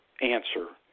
answer